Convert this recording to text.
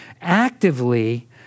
actively